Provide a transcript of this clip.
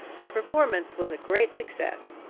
the performance was a great success.